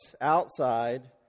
outside